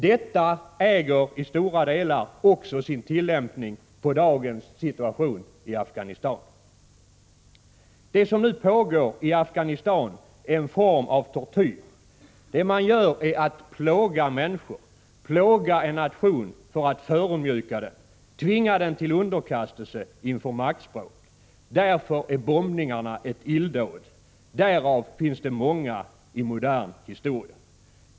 Detta äger i stora delar också sin tillämpning på dagens situation i Afghanistan. Det som nu pågår i Afghanistan är en form av tortyr. Det man gör är att plåga människor, plåga en nation för att förödmjuka den, tvinga den till underkastelse inför maktspråk. Därför är bombningarna ett illdåd. Därav finns det många i modern historia.